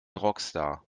rockstar